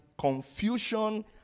confusion